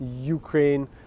Ukraine